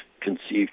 conceived